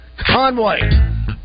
Conway